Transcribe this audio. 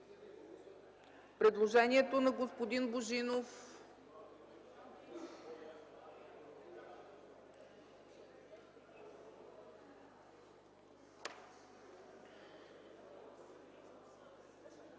предложението на господин Божинов.